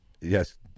yes